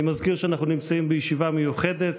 אני מזכיר שאנחנו נמצאים בישיבה מיוחדת.